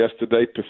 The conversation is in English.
yesterday